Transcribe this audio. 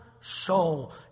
soul